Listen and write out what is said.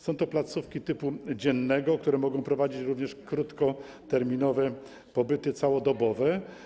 Są to placówki typu dziennego, które mogą organizować również krótkoterminowe pobyty całodobowe.